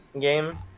game